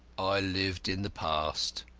i lived in the past.